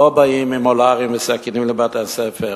לא באים עם אולרים וסכינים לבתי-הספר,